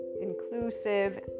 inclusive